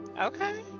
Okay